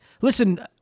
listen